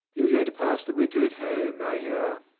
you are going to pass the winter at home, i hear.